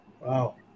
Wow